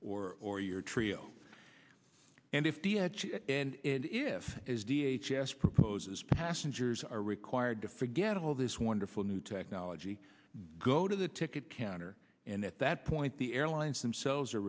or or your treo and if and if v h s proposes passengers are required to forget all this wonderful new technology go to the ticket counter and at that point the airlines themselves are